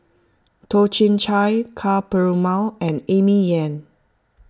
Toh Chin Chye Ka Perumal and Amy Yan